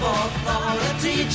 authority